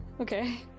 Okay